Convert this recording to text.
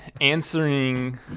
answering